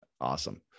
Awesome